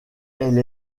elle